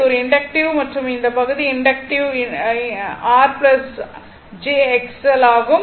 இது ஒரு இண்டக்ட்டிவ் மற்றும் இந்த பகுதி இண்டக்ட்டிவ் R1 jX1 ஆகும்